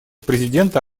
президента